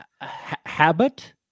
Habit